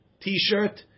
t-shirt